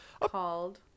called